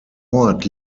ort